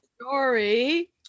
story